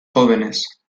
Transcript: jóvenes